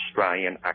Australian